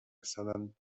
bàsicament